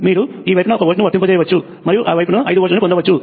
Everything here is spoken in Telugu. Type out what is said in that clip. మీరు ఈ వైపున ఒక వోల్ట్ను వర్తింపజేయవచ్చు మరియు ఆ వైపు ఐదు వోల్ట్లను పొందవచ్చు